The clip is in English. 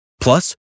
Plus